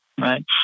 right